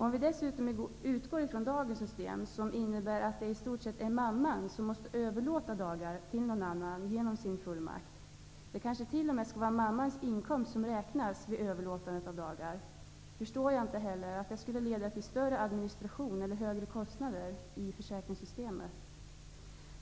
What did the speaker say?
Om vi dessutom utgår från dagens system, som innebär att det i stort sett är mamman som måste överlåta dagar till någon annan genom sin fullmakt -- det kanske t.o.m. skall vara mammans inkomst som räknas vid överlåtandet av dagar -- förstår jag inte att det skulle leda till en större administration eller högre kostnader i försäkringssystemet.